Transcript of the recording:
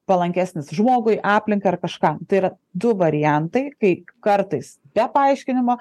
palankesnis žmogui aplinkai ar kažką tai yra du variantai kai kartais be paaiškinimo